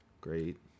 great